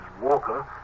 walker